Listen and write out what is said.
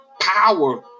power